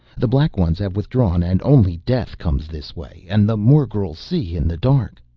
the black ones have withdrawn and only death comes this way. and the morgels see in the dark.